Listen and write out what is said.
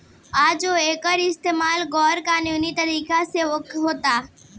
आजो एकर इस्तमाल गैर कानूनी तरीका से होता